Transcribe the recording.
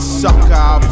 sucker